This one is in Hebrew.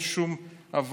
אין שום הבנה,